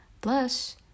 Plus